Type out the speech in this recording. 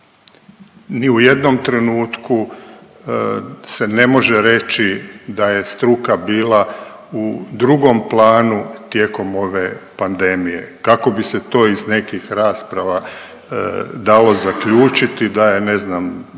Ni u jednom trenutku se ne može reći da je struka bila u drugom planu tijekom ove pandemije, kako bi se to iz nekih rasprava dalo zaključiti da je stožer